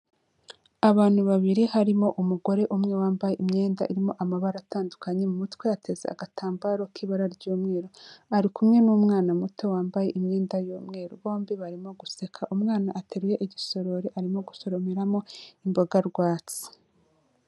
Abantu babiri harimo umugore umwe wambaye imyenda irimo amabara atandukanye mu mutwe ateze agatambaro k'ibara ry'umweru, ari kumwe n'umwana muto wambaye imyenda y'umweru bombi barimo guseka, umwana ateruye igisorori arimo gusoromeramo imboga rwatsi.